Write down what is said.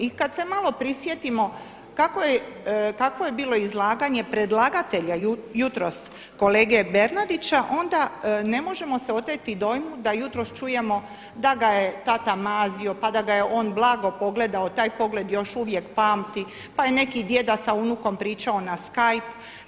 I kada se malo prisjetimo kakvo je bilo izlaganje predlagatelja jutros kolege Bernardića onda ne možemo se oteti dojmu da jutros čujemo da ga je tata mazio, pa da ga je on blago pogledao, taj pogled još uvijek pamti, pa je neki djeda s unukom pričao na skype.